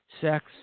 sex